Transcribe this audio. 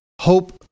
hope